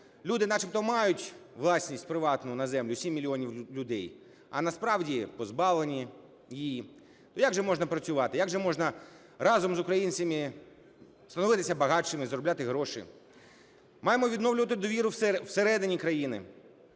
люди начебто мають власність приватну на землю, 7 мільйонів людей, а насправді позбавлені її. Ну, як же можна працювати? Як же можна разом з українцями становитись багатшими і заробляти гроші?" Маємо відновлювати довіру всередині країни,